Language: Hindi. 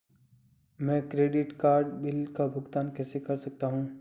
मैं क्रेडिट कार्ड बिल का भुगतान कैसे कर सकता हूं?